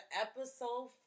episode